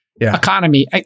economy